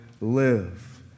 live